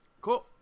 Cool